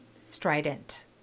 strident